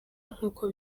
nk’uko